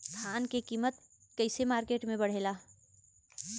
धान क कीमत कईसे मार्केट में बड़ेला?